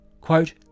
Quote